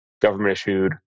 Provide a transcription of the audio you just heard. government-issued